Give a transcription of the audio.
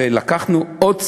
ולקחנו עוד צעד,